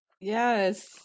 Yes